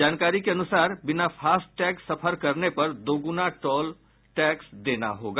जानकारी के अनुसार बिना फास्ट टैग सफर करने पर दोगुना टोल टैक्स देना होगा